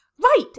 right